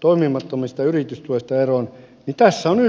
toimimattomista yritystuista eroon niin tässä on yksi esimerkki